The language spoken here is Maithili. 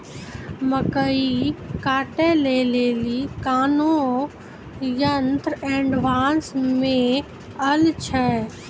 मकई कांटे ले ली कोनो यंत्र एडवांस मे अल छ?